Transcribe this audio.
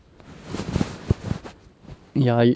ya